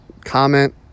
comment